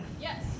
Yes